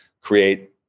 create